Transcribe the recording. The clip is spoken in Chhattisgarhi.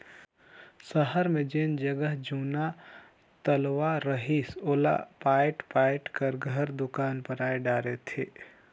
सहर मे जेन जग जुन्ना तलवा रहिस ओला पयाट पयाट क घर, दुकान बनाय डारे थे